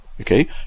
okay